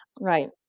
Right